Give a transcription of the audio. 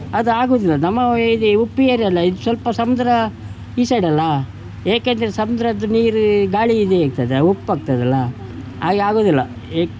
ಅದು ಆಗುವುದಿಲ್ಲ ನಮ್ಮ ಈ ಇದೆ ಉಪ್ಪು ಏರ್ಯಲ್ಲ ಇದು ಸ್ವಲ್ಪ ಸಮುದ್ರ ಈ ಸೈಡಲ್ಲ ಏಕೆಂದರೆ ಸಮುದ್ರದ್ದು ನೀರು ಗಾಳಿ ಇದೆ ಇರ್ತದೆ ಉಪ್ಪಾಗ್ತದಲ್ಲ ಆಗೆ ಆಗುವುದಿಲ್ಲ ಎ